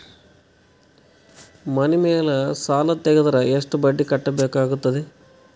ಮನಿ ಮೇಲ್ ಸಾಲ ತೆಗೆದರ ಎಷ್ಟ ಬಡ್ಡಿ ಕಟ್ಟಬೇಕಾಗತದ?